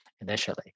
initially